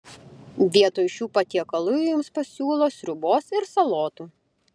vietoj šių patiekalų jums pasiūlo sriubos ir salotų